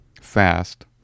fast